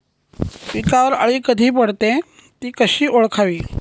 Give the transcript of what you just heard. पिकावर अळी कधी पडते, ति कशी ओळखावी?